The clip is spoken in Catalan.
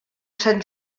sant